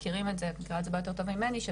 מכירים את זה טיפה יותר טוב ממני של